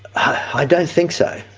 i don't think so.